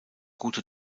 gute